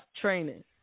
training